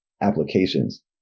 applications